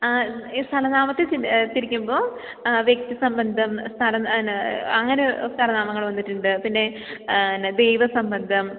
ആ ഈ സ്ഥലനാമത്തിൽ തിരിക്കുമ്പോൾ വ്യക്തി സംബന്ധം സ്ഥലം അങ്ങനെ സ്ഥലനാമങ്ങൾ വന്നിട്ടിണ്ട് പിന്നെ പിന്നെ ദ്വീപസംബന്ധം